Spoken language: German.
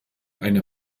eine